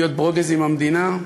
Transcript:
להיות ברוגז עם המדינה,